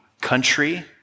country